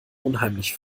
unheimlich